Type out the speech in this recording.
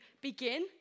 begin